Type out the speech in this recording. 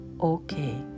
okay